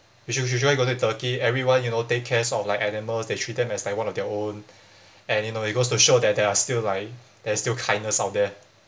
you sh~ sh~ try to go to turkey everyone you know take cares of like animals they treat them as one of their own and you know it goes to show that there are still like there's still kindness out there